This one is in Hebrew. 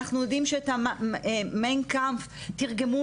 אנחנו יודעים שמיין קמפ, תרגמו